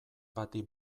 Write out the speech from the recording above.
bati